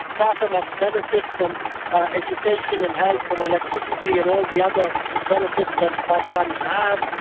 fata must benefit from education and health and electricity and all the other benefits that pakistanis have,